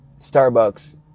Starbucks